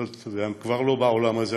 היות שהם כבר לא בעולם הזה,